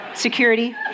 security